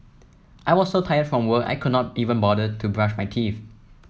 I was so tired from work I could not even bother to brush my teeth